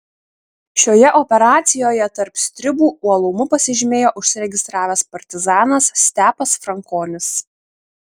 šioje operacijoje tarp stribų uolumu pasižymėjo užsiregistravęs partizanas stepas frankonis